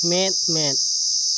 ᱢᱮᱫ ᱢᱮᱫ